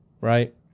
right